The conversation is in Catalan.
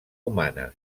humana